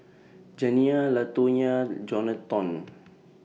Janiyah Latonya Jonathon